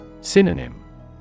Synonym